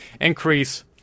increase